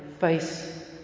face